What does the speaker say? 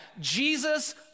Jesus